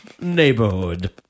neighborhood